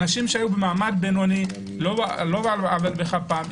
אנשים שהיו במעמד בינוני על לא עוול בכפם,